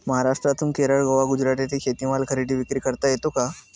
महाराष्ट्रातून केरळ, गोवा, गुजरात येथे शेतीमाल खरेदी विक्री करता येतो का?